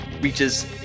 reaches